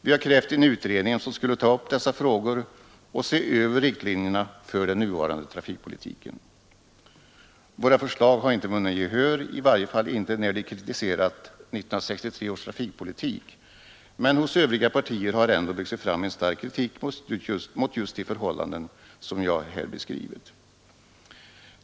Vi har krävt en utredning som skulle ta upp dessa frågor och se över riktlinjerna för den nuvarande trafikpolitiken. Våra förslag har inte vunnit gehör, i varje fall inte när de kritiserat 1963 års trafikpolitik, men hos övriga partier har ändå vuxit fram en stark kritik mot just de förhållanden som jag här beskrivit.